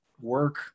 work